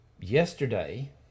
yesterday